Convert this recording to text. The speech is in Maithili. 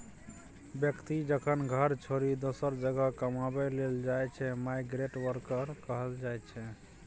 बेकती जखन घर छोरि दोसर जगह कमाबै लेल जाइ छै माइग्रेंट बर्कर कहल जाइ छै